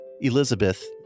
Elizabeth